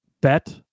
bet